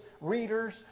readers